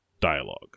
dialogue